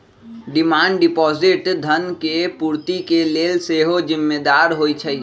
demand deposit धन के पूर्ति के लेल सेहो जिम्मेदार होइ छइ